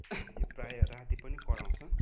त्यो प्रायः राति पनि कराउँछ